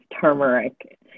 turmeric